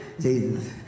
Jesus